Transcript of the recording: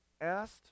asked